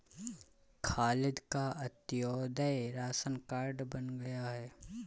खालिद का Antyodaya ration card बन गया है